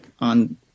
on